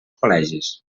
col·legis